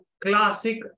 classic